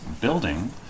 building